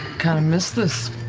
kind of miss this.